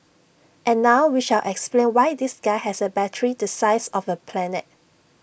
and now we shall explain why this guy has A battery the size of A planet